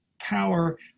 power